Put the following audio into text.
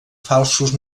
falsos